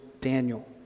Daniel